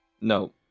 No